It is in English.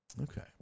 Okay